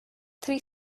three